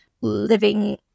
living